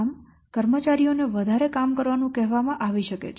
આમ કર્મચારીઓને વધારે કામ કરવાનું કહેવામાં આવી શકે છે